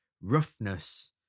roughness